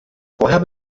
vorher